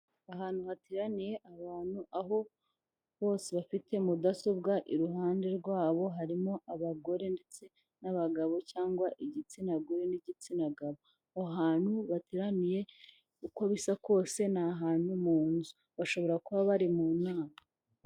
Ahantu hateraniye abantu aho bose bafite mudasobwa iruhande rwabo, harimo abagore ndetse n'abagabo cyangwa igitsina gore n'igitsina gabo. Aho ahantu bateraniye uko bisa kose ni ahantu mu nzu bashobora kuba bari mu nama.